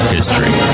History